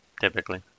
typically